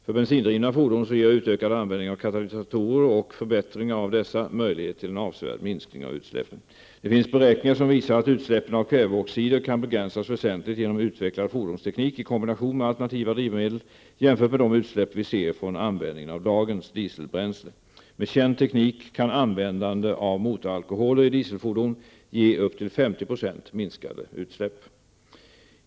För bensindrivna fordon ger utökad användning av katalysatorer och förbättringar av dessa möjlighet till en avsevärd minskning av utsläppen. Det finns beräkningar som visar att utsläppen av kväveoxider kan begränsas väsentligt genom utvecklad fordonsteknik i kombination med alternativa drivmedel jämfört med de utsläpp vi ser från användningen av dagens dieselbränsle. Med känd teknik kan användande av motoralkoholer i dieselfordon ge upp till 50 % minskade utsläpp.